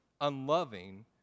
unloving